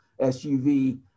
SUV